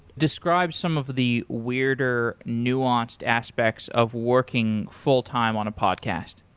describe some of the weirder nuanced aspects of working full-time on a podcast.